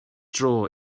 dro